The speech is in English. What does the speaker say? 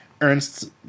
Ernst